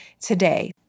today